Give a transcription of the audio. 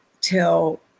till